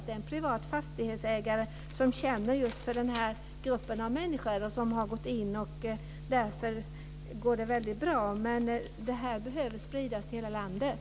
Det är en privat fastighetsägare som känner för den här gruppen människor som har gått in, och därför går det bra. Men det här behöver spridas i hela landet.